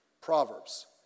Proverbs